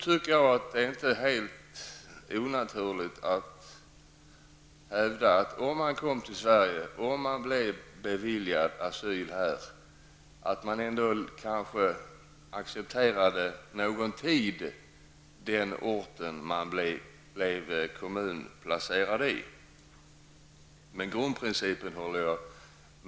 Det är då inte helt onaturligt att kräva att man, om man kommer till Sverige och beviljas asyl här, accepterar att vara kvar någon tid på den ort man blir kommunplacerad på.